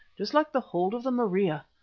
just like the hold of the maria.